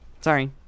Sorry